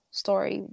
story